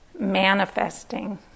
manifesting